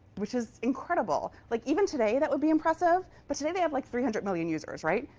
which is incredible. like even today, that would be impressive, but today, they have like three hundred million users, right?